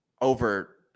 over